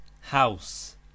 House